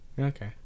okay